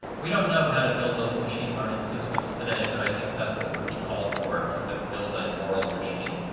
we don't know how to build those machine learning systems today, but i think that's what would be called for to but build a moral machine.